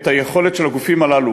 את היכולת של הגופים הללו,